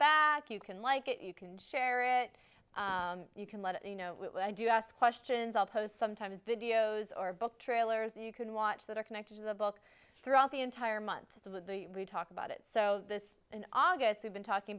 back you can like it you can share it you can let you know what i do ask questions i'll post sometimes videos or book trailers and you can watch that are connected to the book throughout the entire month of the we talked about it so this in august we've been talking